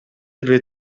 эле